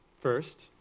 first